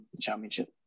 championship